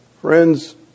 Friends